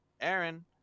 Aaron